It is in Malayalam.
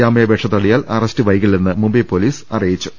ജാമ്യാപേക്ഷ തള്ളിയാൽ അറസ്റ്റ് വൈകില്ലെന്ന് മുംബൈ പോലീസ് അറിയിച്ചു